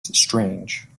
strange